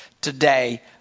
today